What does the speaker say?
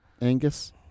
Angus